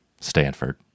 Stanford